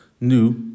new